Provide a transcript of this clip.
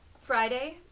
friday